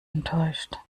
enttäuscht